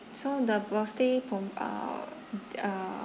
so the birthday prom~ uh uh